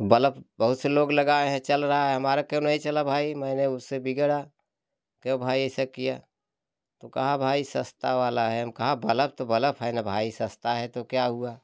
bulb बहुत से लोग लगाएँ हैं चल रहा है हमारा क्यों नहीं चला भाई मैंने उससे बिगड़ा क्यों भाई ऐसा किया तो कहा भाई सस्ता वाला है हम कहा बलब तो बलब है ना भाई सस्ता है तो क्या हुआ